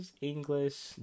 English